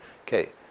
Okay